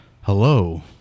hello